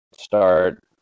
start